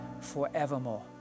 forevermore